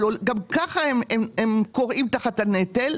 גם כך הם כורעים תחת הנטל.